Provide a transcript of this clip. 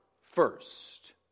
first